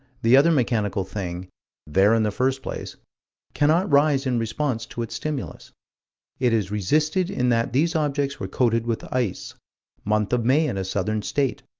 the other mechanical thing there in the first place cannot rise in response to its stimulus it is resisted in that these objects were coated with ice month of may in a southern state.